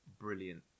brilliant